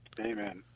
amen